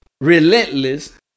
relentless